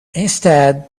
instead